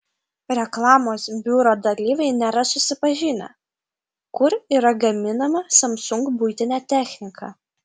reklamos biuro dalyviai nėra susipažinę kur yra gaminama samsung buitinė technika